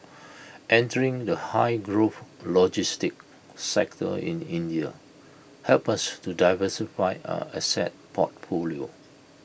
entering the high growth logistics sector in India helps us to diversify our asset portfolio